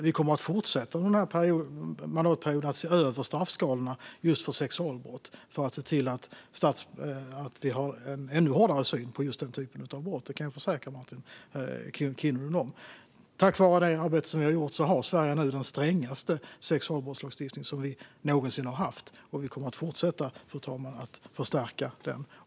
Vi kommer under denna mandatperiod att fortsätta att se över straffskalorna för just sexualbrott, för att se till att vi har en ännu hårdare syn på den typen av brott. Det kan jag försäkra Martin Kinnunen om. Tack vare det arbete som vi har gjort har Sverige nu den strängaste sexualbrottslagstiftning som landet någonsin har haft, och vi kommer att fortsätta att förstärka den.